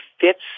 fits